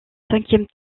cinquième